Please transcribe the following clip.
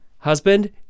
Husband